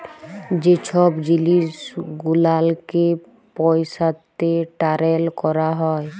যে ছব জিলিস গুলালকে পইসাতে টারেল ক্যরা হ্যয়